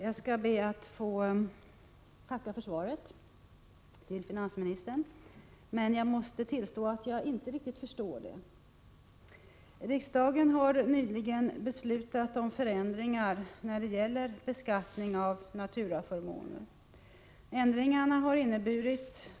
Herr talman! Jag ber att få tacka finansministern för svaret.